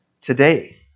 today